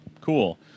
cool